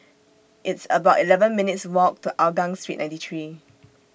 It's about eleven minutes' Walk to Hougang Street ninety three